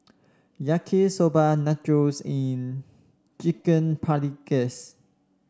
Yaki Soba Nachos and Chicken Paprikas